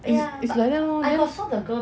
is it's like one